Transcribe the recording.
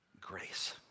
grace